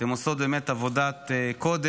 אתן עושות באמת עבודת קודש,